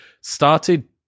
started